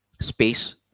space